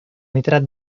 nitrat